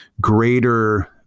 greater